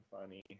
funny